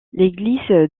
l’église